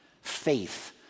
faith